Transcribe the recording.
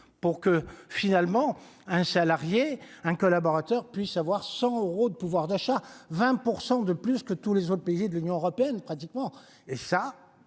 pour que finalement un salarié un collaborateur puissent avoir cent euros de pouvoir d'achat 20 pour 100 de plus que tous les autres pays de l'Union européenne, pratiquement